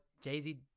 jay-z